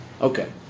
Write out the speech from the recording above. Okay